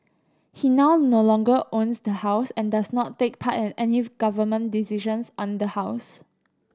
he now no longer own the house and does not take part in any government decisions on the house